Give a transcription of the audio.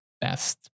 best